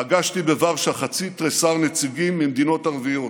פגשתי בוורשה חצי תריסר נציגים ממדינות ערביות.